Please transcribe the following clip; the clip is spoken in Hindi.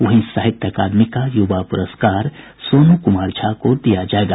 वहीं साहित्य अकादमी का युवा पुरस्कार सोनू कुमार झा को दिया जायेगा